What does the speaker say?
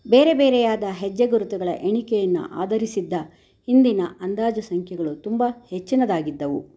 ಬೇರೆಬೇರೆಯಾದ ಹೆಜ್ಜೆಗುರುತುಗಳ ಎಣಿಕೆಯನ್ನು ಆಧರಿಸಿದ್ದ ಹಿಂದಿನ ಅಂದಾಜು ಸಂಖ್ಯೆಗಳು ತುಂಬ ಹೆಚ್ಚಿನದಾಗಿದ್ದವು